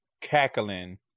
cackling